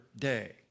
day